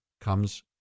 comes